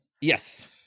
Yes